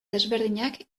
desberdinak